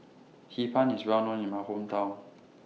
Hee Pan IS Well known in My Hometown